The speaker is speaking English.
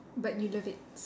but you love it